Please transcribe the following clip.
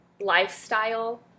lifestyle